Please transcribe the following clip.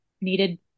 needed